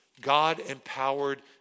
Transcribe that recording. God-empowered